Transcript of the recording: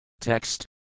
Text